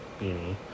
beanie